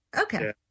okay